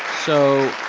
so,